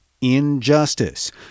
injustice